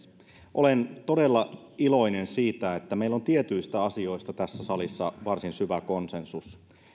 olen todella iloinen siitä että meillä on tietyistä asioista tässä salissa varsin syvä konsensus